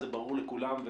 זה ברור לכולם.